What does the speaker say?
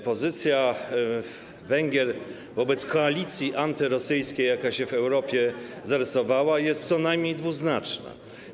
Pozycja Węgier wobec koalicji antyrosyjskiej, jaka się w Europie zarysowała, jest co najmniej dwuznaczna.